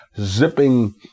zipping